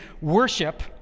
worship